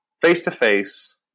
face-to-face